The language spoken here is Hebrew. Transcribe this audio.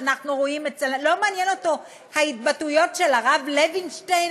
לא מעניינות אותו ההתבטאויות של הרב לוינשטיין,